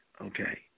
Okay